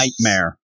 nightmare